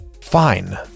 Fine